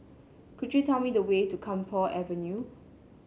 could you tell me the way to Camphor Avenue